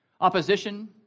opposition